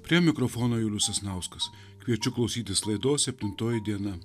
prie mikrofono julius sasnauskas kviečiu klausytis laidos septintoji diena